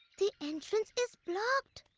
the entrance is blocked!